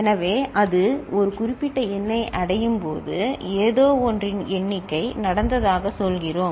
எனவே அது ஒரு குறிப்பிட்ட எண்ணை அடையும் போது ஏதோவொன்றின் எண்ணிக்கை நடந்ததாக சொல்கிறோம்